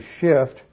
shift